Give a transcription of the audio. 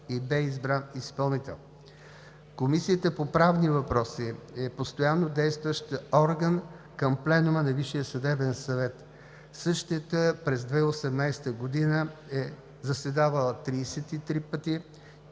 и бе избран изпълнител. Комисията по правни въпроси е постоянно действащ орган към Пленума на Висшия съдебен съвет. Същата през 2018 г. е заседавала 33 пъти